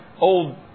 old